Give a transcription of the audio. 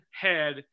head